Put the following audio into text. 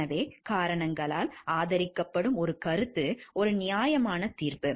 எனவே காரணங்களால் ஆதரிக்கப்படும் ஒரு கருத்து ஒரு நியாயமான தீர்ப்பு